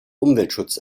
umweltschutz